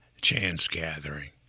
chance-gathering